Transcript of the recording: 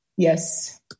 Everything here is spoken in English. Yes